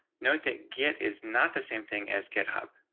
know thing get is not the same thing as github.